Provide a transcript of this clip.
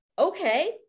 okay